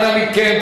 אנא מכם,